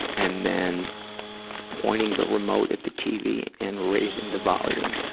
and then pointing the remote at the tv and raising the volume?